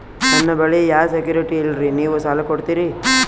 ನನ್ನ ಬಳಿ ಯಾ ಸೆಕ್ಯುರಿಟಿ ಇಲ್ರಿ ನೀವು ಸಾಲ ಕೊಡ್ತೀರಿ?